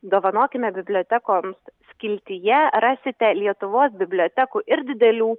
dovanokime bibliotekoms skiltyje rasite lietuvos bibliotekų ir didelių